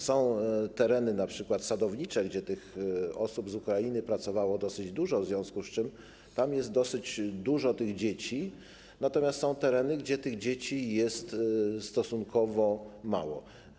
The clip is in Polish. Są tereny np. sadownicze, gdzie osób z Ukrainy pracowało dosyć dużo, w związku z czym tam jest dosyć dużo dzieci, natomiast są tereny, gdzie dzieci jest stosunkowo mało.